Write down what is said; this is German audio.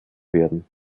werden